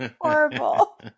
Horrible